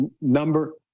number